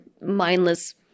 mindless